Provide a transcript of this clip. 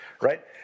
Right